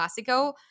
Classico